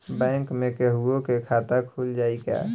Bank में केहूओ के खाता खुल जाई का?